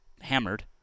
hammered